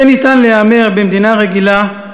זה ניתן להיאמר במדינה רגילה,